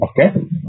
okay